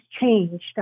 changed